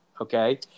Okay